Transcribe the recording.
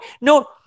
No